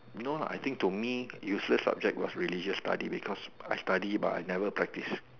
you know lah I think to me useless subject was religious studies because I study but I never practice